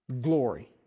Glory